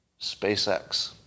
SpaceX